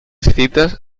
citas